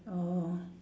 orh